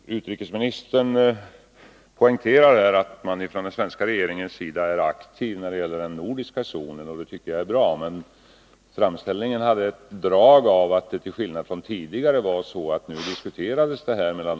Herr talman! Utrikesministern poängterar här att man från den svenska regeringens sida är aktiv när det gäller den nordiska zonen, och det tycker jag är bra. Men hans framställning hade ett drag av att man från de nordiska ländernas sida nu, till skillnad från tidigare, diskuterar de här sakerna.